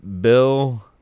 Bill